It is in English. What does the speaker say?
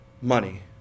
money